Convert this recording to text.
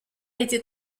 été